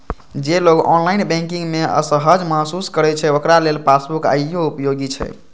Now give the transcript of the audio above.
जे लोग online banking मे असहज महसूस करै छै, ओकरा लेल पासबुक आइयो उपयोगी छै